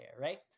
right